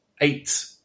eight